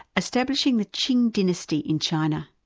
establishing the qing dynasty in china.